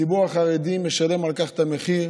הציבור החרדי משלם על כך את המחיר.